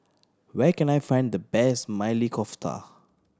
where can I find the best Maili Kofta